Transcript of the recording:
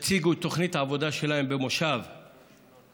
הציגו את תוכנית העבודה שלהם למושב החורף,